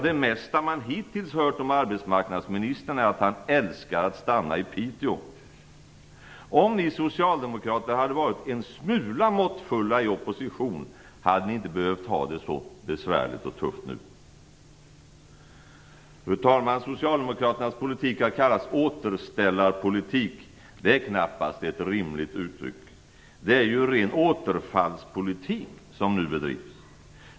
Det mesta man hittills hört om arbetsmarknadsministern är att han älskar att stanna i Piteå. Om ni socialdemokrater hade varit en smula måttfulla i opposition hade ni inte behövt ha det så besvärligt och tufft nu. Fru talman! Socialdemokraternas politik har kallats återställarpolitik. Det är knappast ett rimligt uttryck. Det är ju ren återfallspolitik som nu bedrivs.